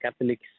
Catholics